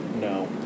no